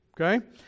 Okay